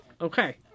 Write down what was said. okay